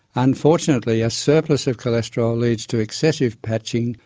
unfortunately, a surplus of cholesterol leads to excessive patching,